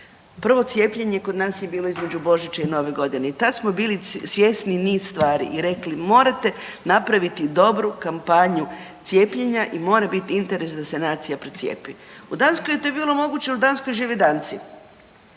Prvo cijepljenje je kod nas bilo između Božića i Nove godine i tad smo bili svjesni niz stvari i rekli morate napraviti dobru kampanju cijepljenja i mora bit interes da se nacija procijepi. U Danskoj je to bilo moguće jel u Danskoj žive Danci.